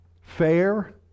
fair